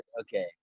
Okay